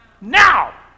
Now